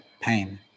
pain